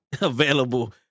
Available